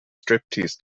striptease